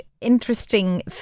interesting